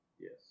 Yes